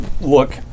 look